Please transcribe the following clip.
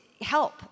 help